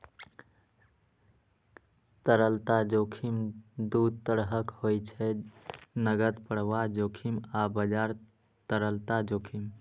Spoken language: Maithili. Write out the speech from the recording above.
तरलता जोखिम दू तरहक होइ छै, नकद प्रवाह जोखिम आ बाजार तरलता जोखिम